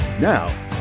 Now